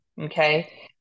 Okay